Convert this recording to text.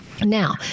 Now